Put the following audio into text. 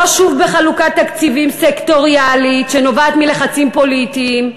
לא שוב בחלוקת תקציביים סקטוריאלית שנובעת מלחצים פוליטיים,